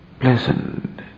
pleasant